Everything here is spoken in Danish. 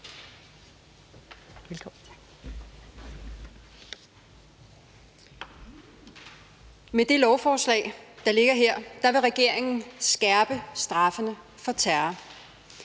Med det lovforslag, der ligger her, vil regeringen skærpe straffene for terror.